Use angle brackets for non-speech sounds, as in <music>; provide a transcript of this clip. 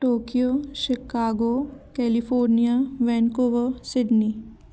Tokyo Chicago California <unintelligible> Sydney